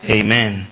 Amen